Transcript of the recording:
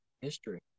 history